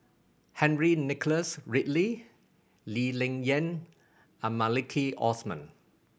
Henry Nicholas Ridley Lee Ling Yen and Maliki Osman